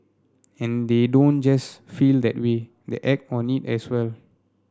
and they don't just feel that way the act on it as well